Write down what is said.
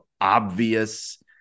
obvious